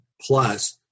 plus